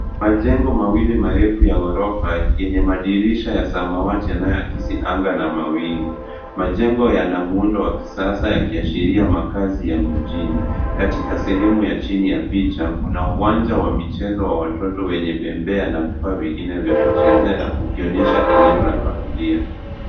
Majengo mawili marefu ya ghorofa yenye madirisha ya samawati yanayoakisi anga na mawingu. Majengo yana muundo wa kisasa yakiashiria makazi ya mijini. Katika sehemu ya chini ya picha, kuna uwanja wa michezo wa watoto wenye bembea na vifaa vingine vya kuchezea ukionyesha eneo la safidhia.